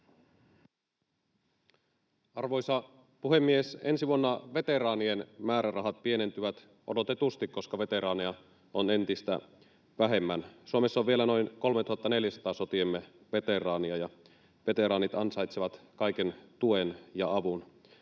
Arvoisa puhemies! Ensi vuonna veteraanien määrärahat pienentyvät odotetusti, koska veteraaneja on entistä vähemmän. Suomessa on vielä noin 3 400 sotiemme veteraania, ja veteraanit ansaitsevat kaiken tuen ja avun.